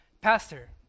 pastor